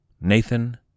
Nathan